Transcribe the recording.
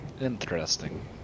interesting